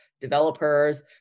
developers